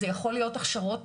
זה יכול להיות הכשרות,